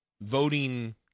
voting